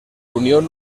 unión